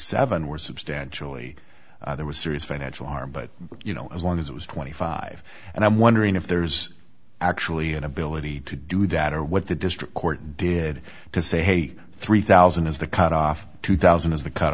seven were substantially there was serious financial arm but you know as long as it was twenty five and i'm wondering if there's actually an ability to do that or what the district court did to say hey three thousand is the cutoff two thousand is the